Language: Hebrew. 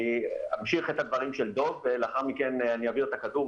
אמשיך את הדברים של דב ולאחר מכן אעביר את הכדור